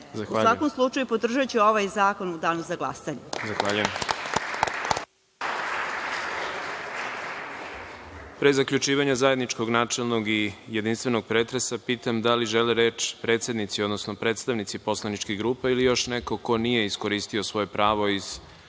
U svakom slučaju, podržaću ovaj zakon u danu za glasanje.